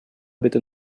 bitte